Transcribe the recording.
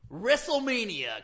WrestleMania